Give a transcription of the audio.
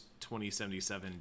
2077